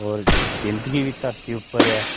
होर जिंदगी बी धरती उप्पर ऐ